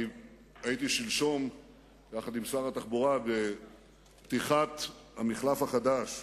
הייתי שלשום יחד עם שר התחבורה בפתיחת המחלף החדש,